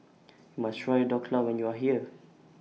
YOU must Try Dhokla when YOU Are here